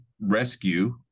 rescue